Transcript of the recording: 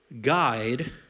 guide